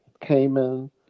Cayman